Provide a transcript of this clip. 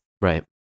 Right